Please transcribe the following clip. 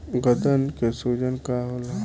गदन के सूजन का होला?